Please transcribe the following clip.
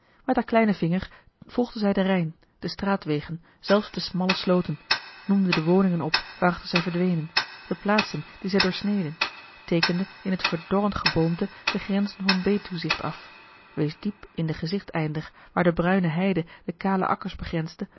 met haar kleinen vinger volgde zij den rijn de straatwegen zelfs de smalle slooten noemde de woningen op waarachter zij verdwenen de plaatsen die zij doorsneden teekende in het verdorrend geboomte de grenzen van betuwzicht af wees diep in den gezichteinder waar de bruine heide de kale akkers begrensde